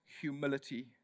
humility